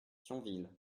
thionville